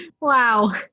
Wow